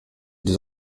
deux